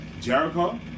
Jericho